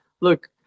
Look